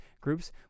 groups